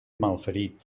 malferit